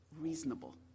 reasonable